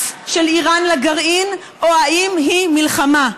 של איראן לגרעין או האם היא מלחמה?